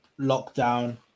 lockdown